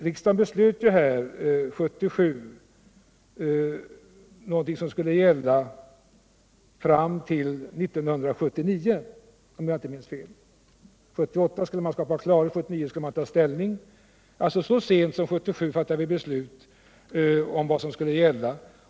Så sent som 1977 fattade riksdagen ett beslut som skulle gälla fram till 1979, om jag inte minns fel: 1978 skulle man skapa klarhet och 1979 skulle man ta ställning.